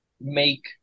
make